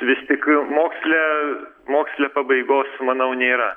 vis tik moksle moksle pabaigos manau nėra